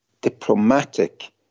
diplomatic